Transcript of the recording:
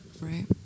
right